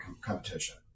competition